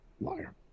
Liar